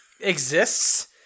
exists